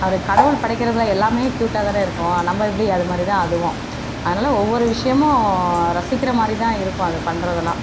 அது கடவுள் படைக்கிறதில் எல்லாம் க்யூட்டாக தான் இருக்கும் நம்ம எப்படி அது மாதிரி தான் அதுவும் அதனால ஒவ்வொரு விஷயமும் ரசிக்கின்ற மாதிரி தான் இருக்கும் அது பண்ணுறதுலாம்